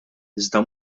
iżda